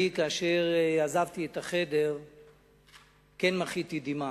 כאשר עזבתי את החדר כן מחיתי דמעה.